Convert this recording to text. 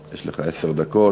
יש לך עשר דקות.